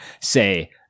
say